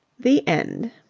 the end